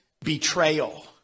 betrayal